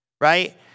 Right